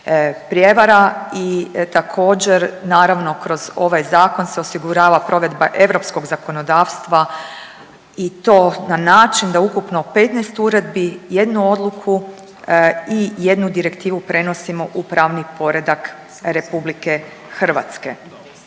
prijevara. I također, naravno kroz ovaj zakon se osigurava provedba europskog zakonodavstva i to na način da ukupno 15 uredbi, 1 odluku i 1 direktivu prenosimo u pravni poredak RH.